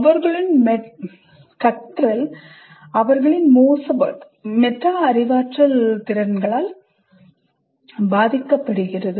அவர்களின் கற்றல் அவர்களின் மோசமான மெட்டா அறிவாற்றல் திறன்களால் பாதிக்கப்படுகிறது